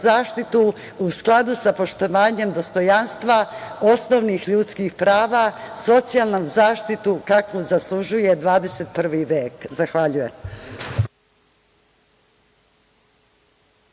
zaštitu u skladu sa poštovanjem dostojanstva, osnovnih ljudskih prava, socijalnu zaštitu kakvu zaslužuje 21. vek. Zahvaljujem.